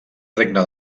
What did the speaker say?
regne